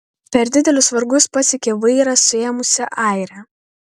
per didelius vargus pasiekė vairą suėmusią airę